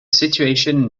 situation